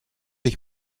ich